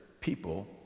people